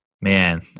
man